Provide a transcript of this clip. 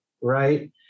right